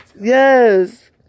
Yes